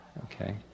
okay